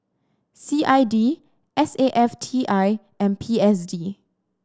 C I D S A F T I and P S D